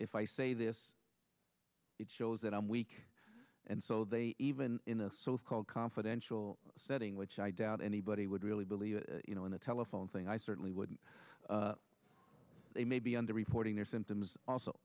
if i say this it shows that i'm weak and so they even in the so called confidential setting which i doubt anybody would really believe you know in the telephone thing i certainly wouldn't say maybe under reporting their symptoms